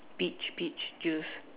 peach peach juice